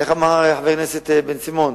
איך אמר חבר הכנסת בן-סימון?